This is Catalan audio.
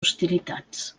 hostilitats